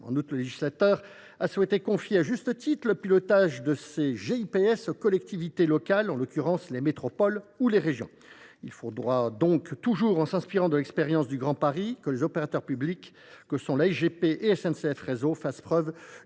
En outre, le législateur a souhaité confier, à juste titre, le pilotage de ces groupements d’intérêt public aux collectivités locales, en l’occurrence aux métropoles ou aux régions. Il faudra donc, toujours en s’inspirant de l’expérience du Grand Paris, que les opérateurs publics que sont la SGP et SNCF Réseau fassent preuve